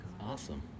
Awesome